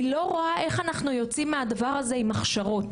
אני לא רואה איך אנחנו יוצאים מהדבר הזה עם הכשרות.